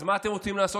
אז מה אתם רוצים לעשות?